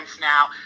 now